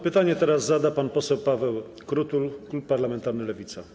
Pytanie teraz zada pan poseł Paweł Krutul, klub parlamentarny Lewica.